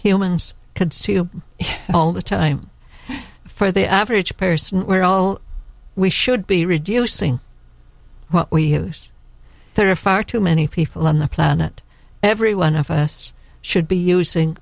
humans could see you all the time for the average person well we should be reducing what we have there are far too many people on the planet every one of us should be using